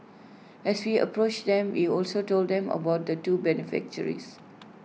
as we approached them we also told them about the two beneficiaries